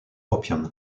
opium